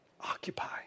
Occupy